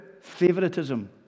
favoritism